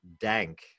dank